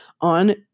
on